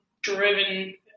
driven